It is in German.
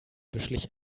beschlich